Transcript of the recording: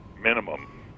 minimum